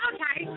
Okay